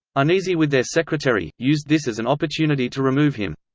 uneasy with their secretary, used this as an opportunity to remove him.